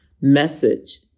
message